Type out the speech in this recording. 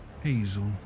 Hazel